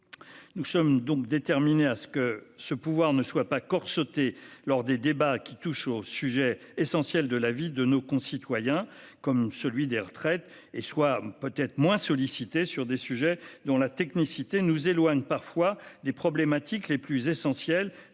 nous sommes déterminés à ce que ce pouvoir ne soit pas corseté lors des débats qui touchent aux sujets essentiels de la vie de nos concitoyens, comme celui des retraites, et soit peut-être moins sollicité sur des sujets dont la technicité nous éloigne parfois des problèmes les plus essentiels